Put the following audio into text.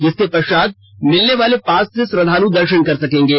जिसके पश्चात मिलने वाले पास से श्रद्धाल दर्शन कर सकेंगे